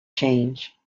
change